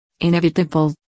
Inevitable